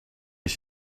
ich